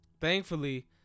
thankfully